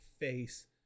face